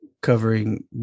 covering